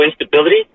instability